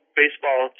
baseball